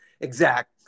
exact